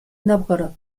nóvgorod